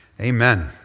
Amen